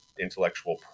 intellectual